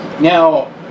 Now